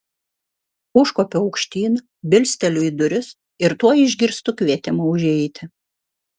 užkopiu aukštyn bilsteliu į duris ir tuoj išgirstu kvietimą užeiti